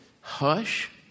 hush